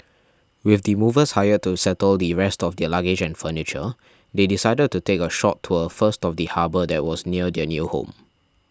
with the movers hired to settle the rest of their luggage and furniture they decided to take a short tour first of the harbour that was near their new home